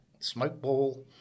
Smokeball